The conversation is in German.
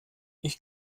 ich